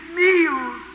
meals